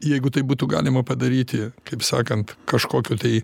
jeigu tai būtų galima padaryti kaip sakant kažkokių tai